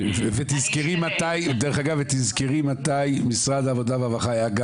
ותזכרי מתי משרד העבודה והרווחה היה גם